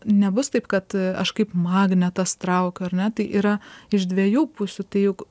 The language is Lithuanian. nebus taip kad aš kaip magnetas traukiu ar ne tai yra iš dviejų pusių tai juk